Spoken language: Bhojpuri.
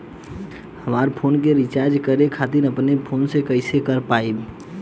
हमार फोन के रीचार्ज करे खातिर अपने फोन से कैसे कर पाएम?